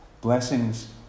blessings